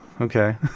okay